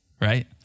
right